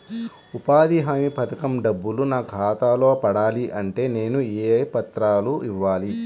ఉపాధి హామీ పథకం డబ్బులు నా ఖాతాలో పడాలి అంటే నేను ఏ పత్రాలు ఇవ్వాలి?